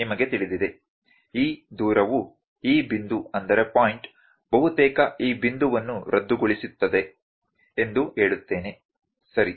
ನಿಮಗೆ ತಿಳಿದಿದೆ ಈ ದೂರವು ಈ ಬಿಂದು ಬಹುತೇಕ ಈ ಬಿಂದುವನ್ನು ರದ್ದುಗೊಳಿಸುತ್ತದೆ ಎಂದು ಹೇಳುತ್ತೇನೆ ಸರಿ